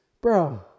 Bro